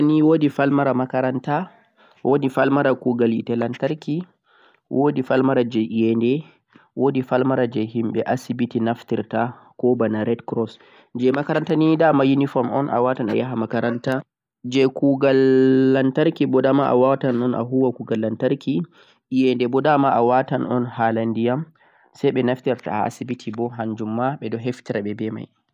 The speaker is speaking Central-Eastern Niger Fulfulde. falmare nei woodi falmaraa makaranta woodi falmara kugal hite lantarki woodi falmara jee e'yendei woodi falmara yimbe asibiti nafturta koh boona red-cross jei makaranta nei daman uniform o'n a waatan yahaa makaranta jei kugal lantarki a waawata non a huuwa kugal lantarki e'yendei mo dama awaawata o'n haala diyam sai be nasturta haa asibiti mo hanjumma bedhum nafturta be mei.